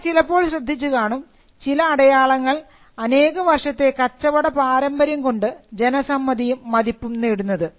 നിങ്ങൾ ചിലപ്പോൾ ശ്രദ്ധിച്ചു കാണും ചില അടയാളങ്ങൾ അനേക വർഷത്തെ കച്ചവട പാരമ്പര്യം കൊണ്ട് ജനസമ്മതിയും മതിപ്പും നേടുന്നത്